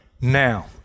Now